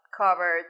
covered